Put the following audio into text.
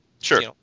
Sure